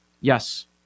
Yes